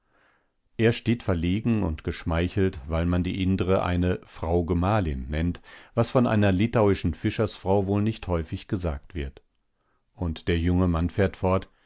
er steht verlegen und geschmeichelt weil man die indre eine frau gemahlin nennt was von einer litauischen fischersfrau wohl nicht häufig gesagt wird und der junge mann fährt fort